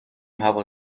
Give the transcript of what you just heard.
هوا